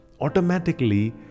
automatically